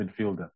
midfielder